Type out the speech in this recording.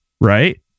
right